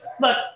look